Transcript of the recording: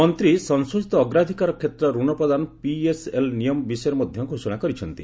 ମନ୍ତ୍ରୀ ସଂଶୋଧିତ ଅଗ୍ରାଧିକାର କ୍ଷେତ୍ର ଋଣ ପ୍ରଦାନ ପିଏସ୍ଏଲ୍ ନିୟମ ବିଷୟରେ ମଧ୍ୟ ଘୋଷଣା କରିଛନ୍ତି